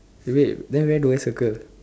eh wait then where do I circle